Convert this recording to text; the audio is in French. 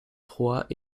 froids